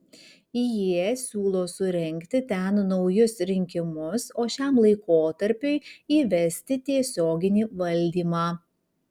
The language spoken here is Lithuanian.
jie siūlo surengti ten naujus rinkimus o šiam laikotarpiui įvesti tiesioginį valdymą